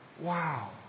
Wow